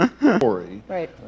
Right